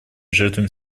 жертвами